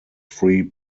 free